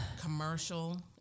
commercial